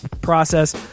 process